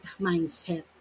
mindset